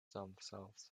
themselves